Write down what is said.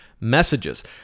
messages